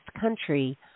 country